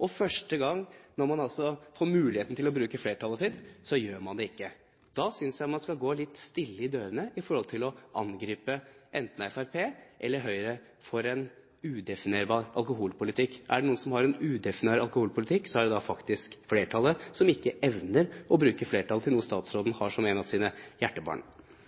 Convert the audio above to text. Og når man først får muligheten til å bruke flertallet sitt, så gjør man det altså ikke. Da synes jeg man skal gå litt stillere i dørene når det gjelder å angripe enten Fremskrittspartiet eller Høyre for en udefinerbar alkoholpolitikk. Er det noen som har en udefinerbar alkoholpolitikk, er det faktisk flertallet som ikke evner å bruke flertallet til noe statsråden har som et av sine hjertebarn.